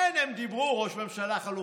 כן, הם דיברו, ראש ממשלה חלופי,